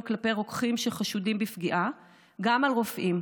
כלפי רוקחים שחשודים בפגיעה גם לרופאים,